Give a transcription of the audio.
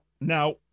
Now